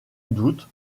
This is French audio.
doute